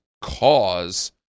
cause